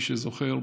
מי שזוכר,